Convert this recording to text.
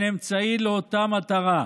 הם אמצעי לאותה מטרה,